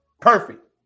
Perfect